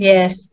Yes